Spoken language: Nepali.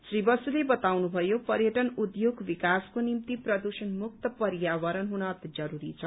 श्री बसुले बताउनुभयो पर्यटन उद्योगको विकासको निम्ति प्रद्रषण मुक्त पर्यावरण हुन अति जरूरी छ